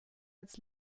als